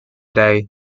day